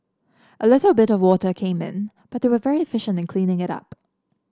a little bit water came but were very efficient in cleaning it up